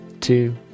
two